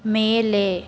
ಮೇಲೆ